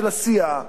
של הסיעה,